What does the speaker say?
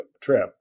trip